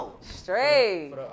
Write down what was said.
straight